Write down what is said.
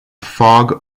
fog